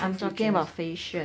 I'm talking about facial